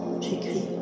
j'écris